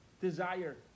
desire